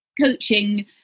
coaching